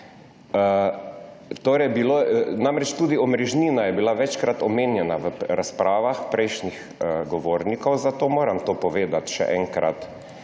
predlagate. Tudi omrežnina je bila večkrat omenjena v razpravah prejšnjih govornikov, zato moram to povedati še enkrat,